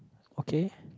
okay